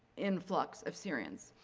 influx of syrians.